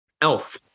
Elf